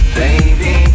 baby